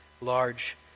large